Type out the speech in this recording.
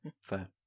Fair